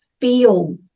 feel